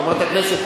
חברת הכנסת,